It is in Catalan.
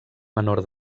menor